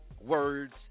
words